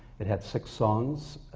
it had six songs.